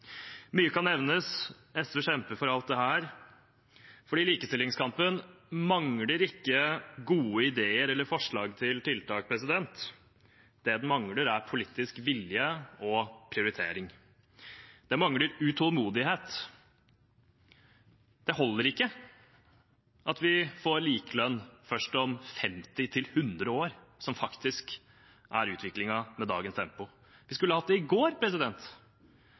Mye kan nevnes. SV kjemper for alt dette. Likestillingskampen mangler ikke gode ideer eller forslag til tiltak. Det den mangler, er politisk vilje og prioritering. Den mangler utålmodighet. Det holder ikke at vi får likelønn først om 50–100 år, som faktisk er utviklingen med dagens tempo. Vi skulle hatt det i går!